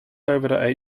over